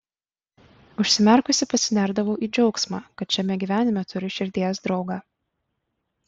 užsimerkusi pasinerdavau į džiaugsmą kad šiame gyvenime turiu širdies draugą